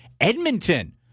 Edmonton